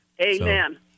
Amen